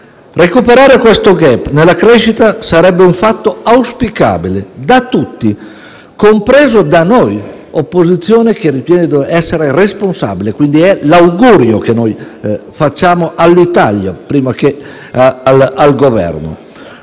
Recuperare questo *gap* nella crescita sarebbe un fatto auspicabile da tutti, compresi noi, che siamo un'opposizione responsabile. Questo è l'augurio che noi facciamo all'Italia, prima che al Governo.